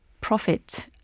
profit